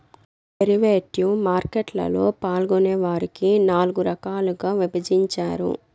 derivative market లలో పాల్గొనే వారిని నాల్గు రకాలుగా విభజించారు